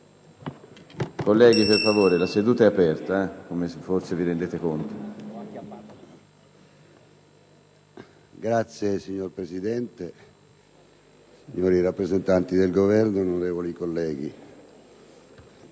*(PdL)*. Signor Presidente, signori rappresentanti del Governo, onorevoli colleghi,